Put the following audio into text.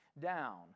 down